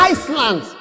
Iceland